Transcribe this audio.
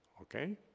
okay